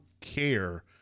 care